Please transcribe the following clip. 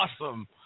Awesome